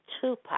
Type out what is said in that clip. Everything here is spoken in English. Tupac